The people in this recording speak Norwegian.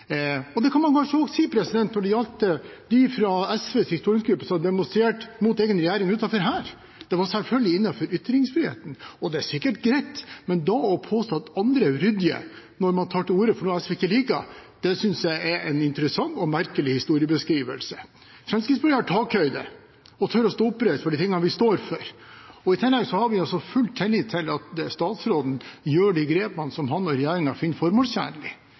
Og det kan man kanskje også si når det gjaldt dem fra SVs stortingsgruppe som demonstrerte mot egen regjering utenfor her. Det var selvfølgelig innenfor ytringsfriheten, og det er sikker greit, men da å påstå at andre er uryddige når man tar til orde for noe SV ikke liker, synes jeg er en interessant og merkelig historiebeskrivelse. Fremskrittspartiet har takhøyde og tør å stå oppreist for de tingene vi står for. I tillegg har vi full tillit til at statsråden gjør de grepene som han og regjeringen finner